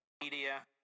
Media